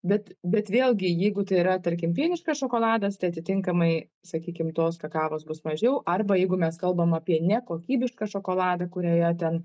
bet bet vėlgi jeigu tai yra tarkim pieniškas šokoladas tai atitinkamai sakykim tos kakavos bus mažiau arba jeigu mes kalbam apie nekokybišką šokoladą kurioje ten